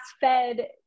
fed